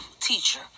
teacher